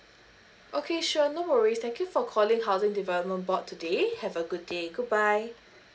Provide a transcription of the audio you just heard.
okay sure no worries thank you for calling housing development board today have a good day good bye